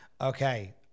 Okay